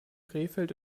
krefeld